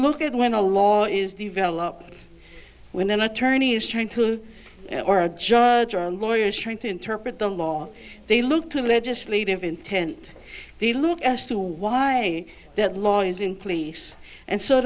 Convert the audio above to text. look at when a law is developed when an attorney is trying to or a judge or lawyers trying to interpret the law they look to the legislative intent the look as to why that law is in place and so